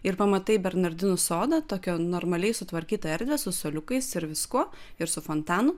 ir pamatai bernardinų sodą tokią normaliai sutvarkytą erdvę su suoliukais ir viskuo ir su fontanu